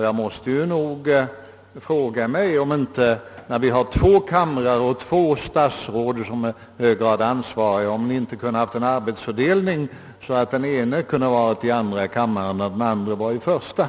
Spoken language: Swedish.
Jag måste fråga mig om ni inte, när vi nu har två kamrar och två statsråd som är särskilt ansvariga, kunde ha åstadkommit en arbetsfördelning så att den ene kunde ha varit i andra kammaren medan den andre var i törsta.